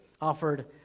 offered